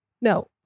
no